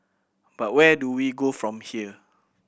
but where do we go from here